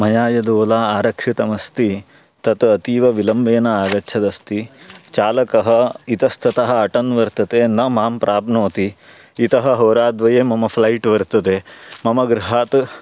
मया यद् ओला आरक्षितमस्ति तत् अतीवविलम्बेन आगच्छदस्ति चालकः इतस्ततः अटन् वर्तते न मां प्राप्नोति इतः होराद्वये मम फ़्लैट् वर्तते मम गृहात्